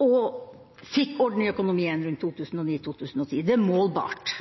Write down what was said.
og fikk orden i økonomien rundt 2009–2010. Det er målbart.